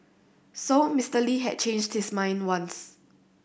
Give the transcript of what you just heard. so Mister Lee had changed his mind once